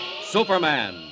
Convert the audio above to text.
Superman